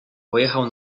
pojechał